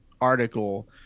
article